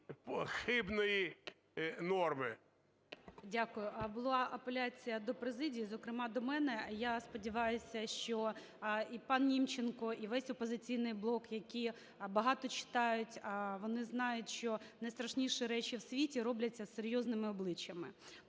Дякую. Була апеляція до президії, зокрема до мене. Я сподіваюся, що і пан Німченко, і весь "Опозиційний блок", які багато читають, вони знають, що найстрашніші речі в світі робляться з серйозними обличчями.